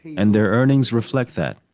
and their earnings reflect that.